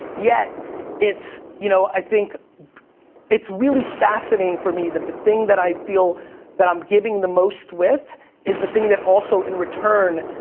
yet it's, you know, i think it's really fascinating for me that the thing that i feel that i'm giving the most with is the thing that also, in return,